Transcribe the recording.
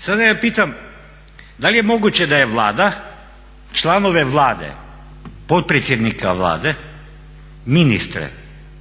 Sada je pitam, da li je moguće da je Vlada članove Vlade potpredsjednika Vlade, ministre,